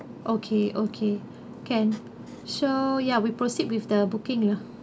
okay okay can so ya we proceed with the booking ya